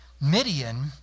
Midian